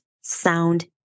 sound